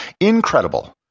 incredible